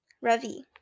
Ravi